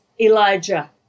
Elijah